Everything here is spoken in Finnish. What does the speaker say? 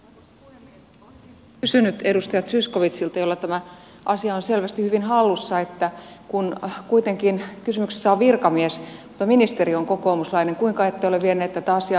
olisin kysynyt edustaja zyskowiczilta jolla tämä asia on selvästi hyvin hallussa että kun kuitenkin kysymyksessä on virkamies mutta ministeri on kokoomuslainen kuinka ette ole vienyt tätä asiaa ministerin tietoon